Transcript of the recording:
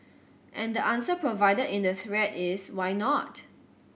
and the answer provided in the thread is why not